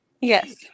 Yes